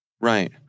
Right